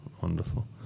Wonderful